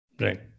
Right